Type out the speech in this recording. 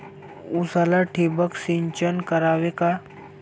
उसाला ठिबक सिंचन करावे का?